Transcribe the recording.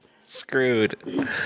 Screwed